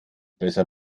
besser